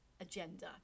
agenda